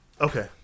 Okay